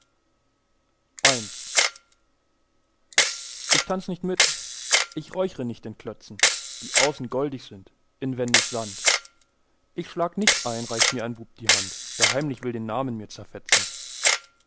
i ich tanz nicht mit ich räuchre nicht den klötzen die außen goldig sind inwendig sand ich schlag nicht ein reicht mir ein bub die hand der heimlich mir den namen will zerfetzen